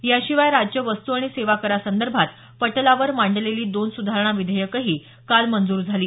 याशिवाय राज्य वस्तू आणि सेवा करासंदर्भात पटलावर मांडलेली दोन सुधारणा विधेयकंही काल मंजूर झाली